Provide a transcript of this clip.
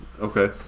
okay